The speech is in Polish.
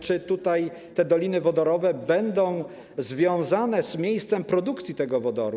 Czy te doliny wodorowe będą związane z miejscem produkcji tego wodoru?